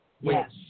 Yes